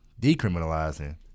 decriminalizing